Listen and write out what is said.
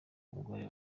umugore